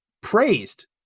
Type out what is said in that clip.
praised